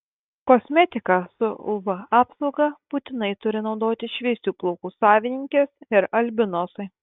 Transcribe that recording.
kosmetiką su uv apsauga būtinai turi naudoti šviesių plaukų savininkės ir albinosai